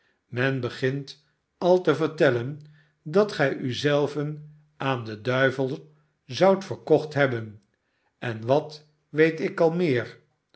men begint al te vertellen dat gij u zelven aan den duivel zoudt verkocht hebben en wat weet ik al meer